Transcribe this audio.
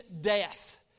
death